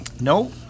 No